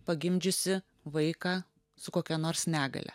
pagimdžiusi vaiką su kokia nors negalia